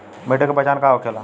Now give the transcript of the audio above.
मिट्टी के पहचान का होखे ला?